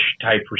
type